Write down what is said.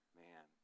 man